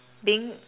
being